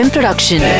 Production